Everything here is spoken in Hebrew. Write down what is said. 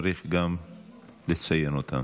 צריך גם לציין אותם.